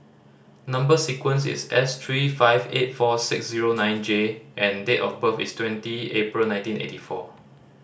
number sequence is S three five eight four six zero nine J and date of birth is twenty April nineteen eighty four